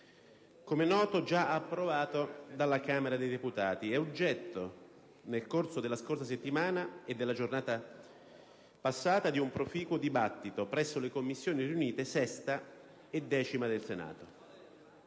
come noto, già approvato dalla Camera dei deputati e oggetto, nel corso della scorsa settimana e della giornata passata, di un proficuo dibattito presso le Commissioni riunite 6a e 10a del Senato.